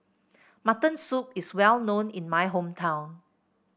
Mutton Soup is well known in my hometown